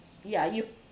ya you